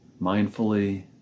mindfully